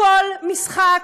הכול משחק,